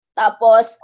tapos